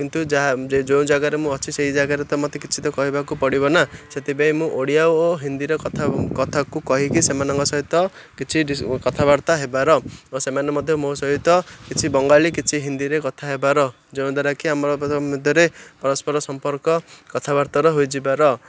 କିନ୍ତୁ ଯାହା ଯୋଉଁ ଜାଗାରେ ମୁଁ ଅଛି ସେଇ ଜାଗାରେ ତ ମୋତେ କିଛି ତ କହିବାକୁ ପଡ଼ିବ ନା ସେଥିପାଇଁ ମୁଁ ଓଡ଼ିଆ ଓ ହିନ୍ଦୀର କଥା କଥାକୁ କହିକି ସେମାନଙ୍କ ସହିତ କିଛି କଥାବାର୍ତ୍ତା ହେବାର ଓ ସେମାନେ ମଧ୍ୟ ମୋ ସହିତ କିଛି ବଙ୍ଗାଳୀ କିଛି ହିନ୍ଦୀରେ କଥା ହେବାର ଯେଉଁଦ୍ୱାରାକିି ଆମର ମଧ୍ୟରେ ପରସ୍ପର ସମ୍ପର୍କ କଥାବାର୍ତ୍ତା ହୋଇଯିବାର